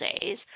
days